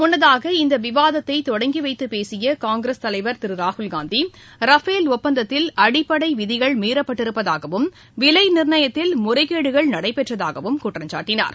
முன்னதாக இந்த விவாதத்தை தொடங்கிவைத்து பேசிய காங்கிரஸ் தலைவர் திரு ராகுல்காந்தி ரஃபேல் ஒப்பந்தத்தில் அடிப்படை விதிகள் மீறப்பட்டிருப்பதாகவும் விலை நிர்ணயத்தில் முறைகேடுகள் நடைபெற்றதாகவும் குற்றம் சாட்டினார்